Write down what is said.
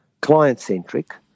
client-centric